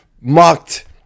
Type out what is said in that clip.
mocked